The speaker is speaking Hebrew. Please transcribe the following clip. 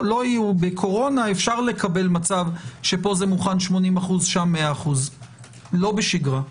בקורונה אפשר לקבל מצב שבו זה מוכן 80% - שם 100%. לא בשגרה.